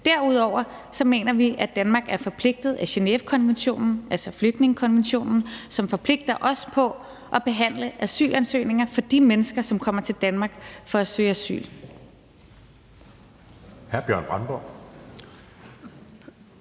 Derudover mener vi, at Danmark er forpligtet af Genèvekonventionen, altså flygtningekonventionen, til at behandle asylansøgninger fra de mennesker, som kommer til Danmark for at søge asyl.